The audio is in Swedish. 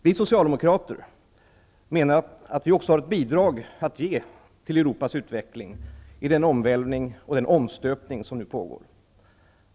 Vi socialdemokrater menar att vi också har ett bidrag att ge till Europas utveckling i den omvälvning och i den omstöpning som nu pågår.